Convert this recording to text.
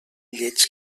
lleig